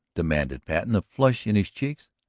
demanded patten, a flush in his cheeks.